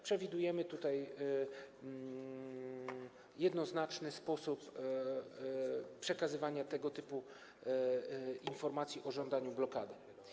Przewidujemy tutaj jednoznaczny sposób przekazywania tego typu informacji o żądaniu blokady.